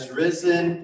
risen